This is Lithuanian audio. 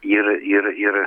ir ir ir